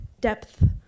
depth